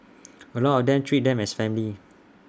A lot of them treat them as family